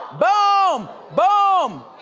boom! boom!